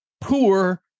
poor